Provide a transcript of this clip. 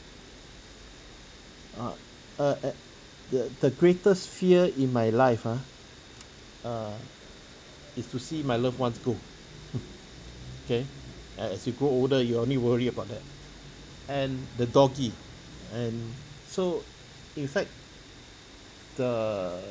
ah uh the the greatest fear in my life ah uh is to see my loved ones go K as as you grow older you only worry about that and the doggie and so in fact the